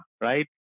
right